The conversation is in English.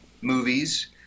movies